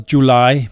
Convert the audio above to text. July